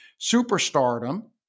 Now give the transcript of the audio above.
superstardom